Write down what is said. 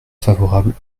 favorable